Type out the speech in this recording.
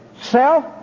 Self